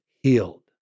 healed